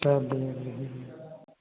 सादी वाली